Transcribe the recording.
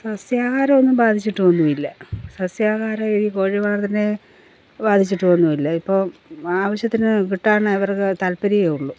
സസ്യാഹാരമൊന്നും ബാധിച്ചിട്ടൊന്നുമില്ല സസ്യാഹാരം ഈ കോഴി വളർത്തലിനെ ബാധിച്ചിട്ടൊന്നുമില്ല ഇപ്പോൾ ആവശ്യത്തിന് കിട്ടാൻ അവർക്ക് താൽപര്യമേയുള്ളൂ